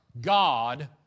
God